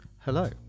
Hello